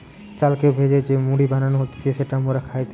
চালকে ভেজে যে মুড়ি বানানো হতিছে যেটা মোরা খাইতেছি